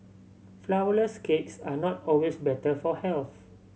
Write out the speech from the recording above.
flourless cakes are not always better for health